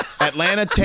Atlanta